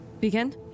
Begin